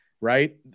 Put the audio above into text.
right